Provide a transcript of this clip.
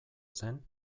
zen